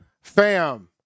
Fam